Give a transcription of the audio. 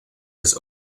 his